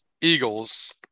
Eagles